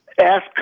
ask